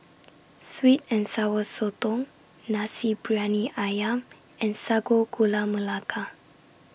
Sweet and Sour Sotong Nasi Briyani Ayam and Sago Gula Melaka